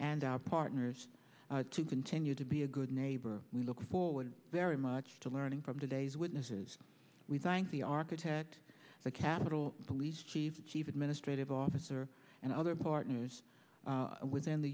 and our partners to continue to be a good neighbor we look forward very much to learning from today's witnesses we thank the architect the capitol police chief achieve administrative officer and other partners within the